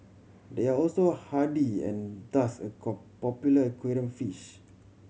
they are also hardy and thus a popular aquarium fish